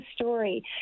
story